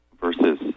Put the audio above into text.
versus